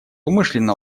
умышленно